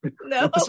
No